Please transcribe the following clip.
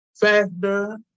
factor